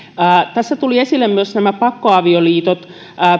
tässä tulivat esille myös nämä pakkoavioliitot